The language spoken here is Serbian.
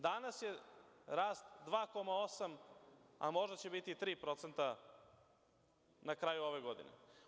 Danas je rast 2,8%, a možda će biti i 3% na kraju ove godine.